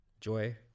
joy